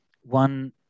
one